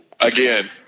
Again